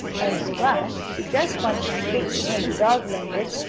and splash, who just wanted to speak to him, in dog language,